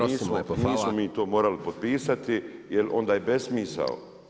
Nismo mi to morali potpisati, jer onda je besmisao.